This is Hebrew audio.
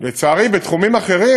לצערי, בתחומים אחרים,